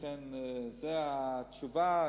לכן, זאת התשובה.